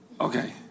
Okay